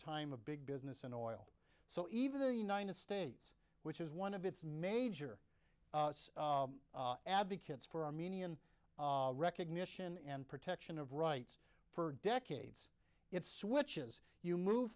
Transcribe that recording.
time of big business in oil so even the united states which is one of its major advocates for armenian recognition and protection of rights for decades it switches you move